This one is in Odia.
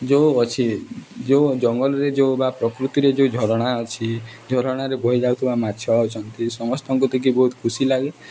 ଯେଉଁ ଅଛି ଯେଉଁ ଜଙ୍ଗଲରେ ଯେଉଁ ବା ପ୍ରକୃତିରେ ଯେଉଁ ଝରଣା ଅଛି ଝରଣାରେ ବହିଯାଉଥିବା ମାଛ ଅଛନ୍ତି ସମସ୍ତଙ୍କୁ ଦେଖି ବହୁତ ଖୁସି ଲାଗେ